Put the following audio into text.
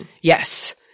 Yes